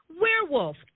Werewolf